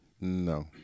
No